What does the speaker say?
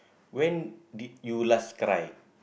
when did you last cry